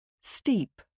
Steep